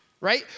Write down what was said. Right